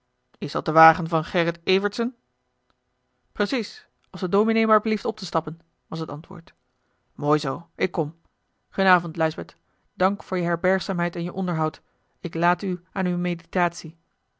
is dat de wagen van gerrit evertsen precies als de dominé maar blieft op te stappen was het antwoord mooi zoo ik kom g'en avond lijsbeth dank voor je herbergzaamheid en je onderhoud ik late u aan uwe